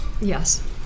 Yes